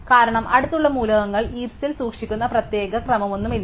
കാരണം അടുത്തുള്ള മൂലകങ്ങൾ ഹീപ്സിൽ സൂക്ഷിക്കുന്ന പ്രത്യേക ക്രമം ഒന്നുമില്ല